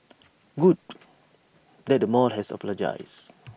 good that the mall has apologised